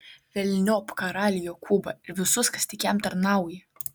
velniop karalių jokūbą ir visus kas tik jam tarnauja